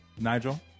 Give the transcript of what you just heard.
Nigel